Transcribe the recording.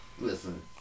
Listen